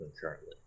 currently